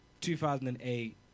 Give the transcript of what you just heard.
2008